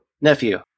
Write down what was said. nephew